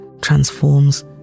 transforms